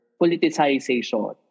politicization